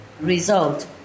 result